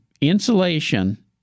insulation